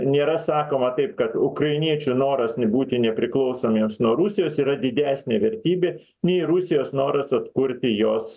nėra sakoma taip kad ukrainiečių noras n būti nepriklausomiems nuo rusijos yra didesnė vertybė nei rusijos noras atkurti jos